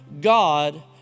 God